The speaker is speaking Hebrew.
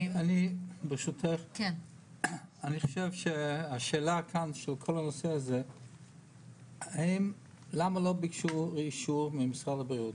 אני חושב שהשאלה היא למה לא ביקשו אישור ממשרד הבריאות